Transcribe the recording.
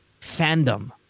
fandom